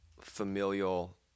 familial